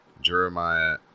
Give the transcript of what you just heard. Jeremiah